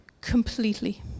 completely